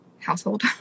household